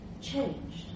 changed